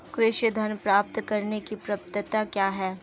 कृषि ऋण प्राप्त करने की पात्रता क्या है?